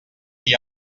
dir